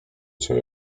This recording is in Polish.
cię